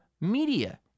media